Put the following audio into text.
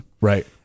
Right